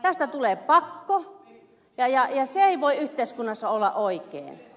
tästä tulee pakko ja se ei voi yhteiskunnassa olla oikein